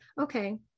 okay